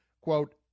quote